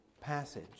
passage